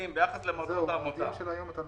האם צריך לפרט כמו